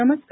नमस्कार